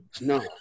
No